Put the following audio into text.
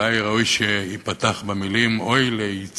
אולי היה ראוי שייפתח במילים: אוי ליצרי